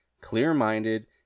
clear-minded